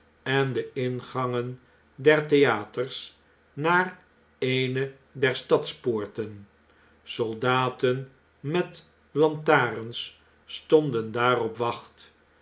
en de ingangen der theaters naar eene der stadspoorten soldaten met lantarens stonden daar op wacht